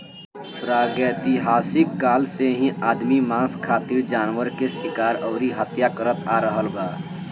प्रागैतिहासिक काल से ही आदमी मांस खातिर जानवर के शिकार अउरी हत्या करत आ रहल बा